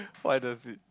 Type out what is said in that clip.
why does it